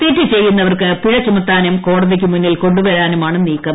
തെറ്റു ചെയ്യുന്നവർക്ക് പിഴ ചുമത്താനും കോടതിക്ക് മുന്നിൽ കൊ ു വരാനും ആണ് നീക്കം